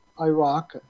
Iraq